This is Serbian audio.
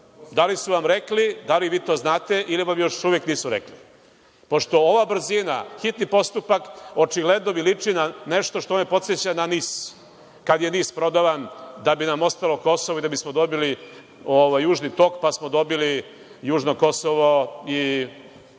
Da li su vam rekli, da li vi to znate ili vam još uvek nisu rekli? Pošto ova brzina, hitan postupak, očigledno mi liči na nešto što me podseća na NIS, kada je NIS prodavan, da bi nam ostalo Kosovo i da bismo dobili „Južni tok“, pa smo dobili južno Kosovo i